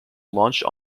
launched